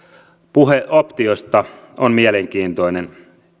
puhe optiosta on mielenkiintoinen